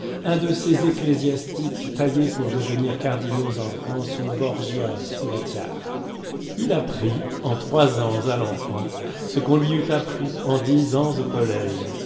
un de ces ecclésiastiques taillés pour devenir cardinaux en france ou borgia sous la tiare il apprit en trois ans à l'enfant ce qu'on lui eût appris en dix ans au collège